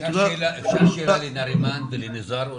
אפשר שאלה לנארימאן ולניזאר?